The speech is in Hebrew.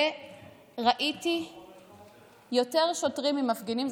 וראיתי יותר שוטרים ממפגינים.